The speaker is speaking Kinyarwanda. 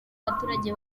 abaturage